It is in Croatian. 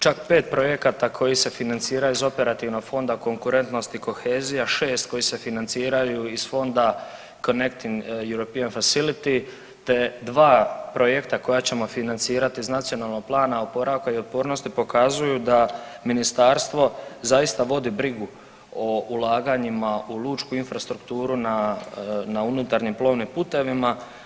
Čak 5 projekata koji se financiraju iz operativnog fonda konkurentnosti kohezija, 6 koji se financiraju iz fonda …/Govornik govori stranim jezikom/… te 2 projekta koja ćemo financirati iz nacionalnog plana oporavka i otpornosti pokazuju da Ministarstvo zaista vodi brigu o ulaganjima u lučku infrastrukturu na unutarnjim plovnim putevima.